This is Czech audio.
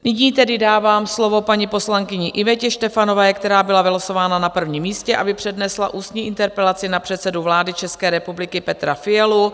Nyní tedy dávám slovo paní poslankyni Ivetě Štefanové, která byla vylosována na prvním místě, aby přednesla ústní interpelaci na předsedu vlády České republiky Petra Fialu.